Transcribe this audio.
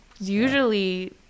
Usually